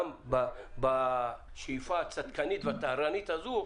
גם בשאיפה הצדקנית והטהרנית הזו,